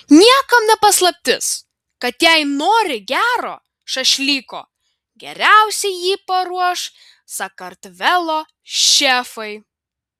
niekam ne paslaptis kad jei nori gero šašlyko geriausiai jį paruoš sakartvelo šefai